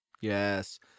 Yes